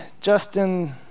Justin